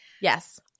Yes